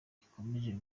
ikomeje